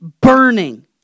burning